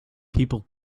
people